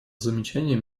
замечания